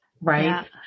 right